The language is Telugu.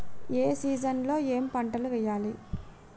ఏ సీజన్ లో ఏం పంటలు వెయ్యాలి?